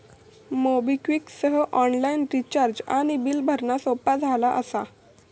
MobiKwik सह online recharge आणि bill भरणा सोपा झाला असा